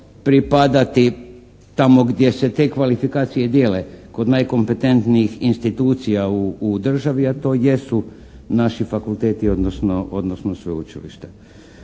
pripadati tamo gdje se te kvalifikacije dijele kod najkompetentnijih institucija u državi a to jesu naši fakulteti, odnosno sveučilišta.